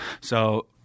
So-